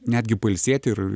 netgi pailsėti ir